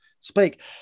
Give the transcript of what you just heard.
speak